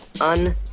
un